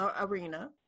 arena